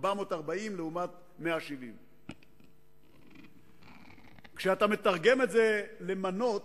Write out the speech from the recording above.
440 לעומת 170. כשאתה מתרגם את זה למנות,